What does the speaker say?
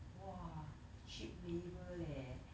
!wah! cheap labour leh